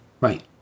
right